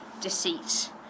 deceit